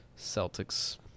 Celtics